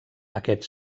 aquest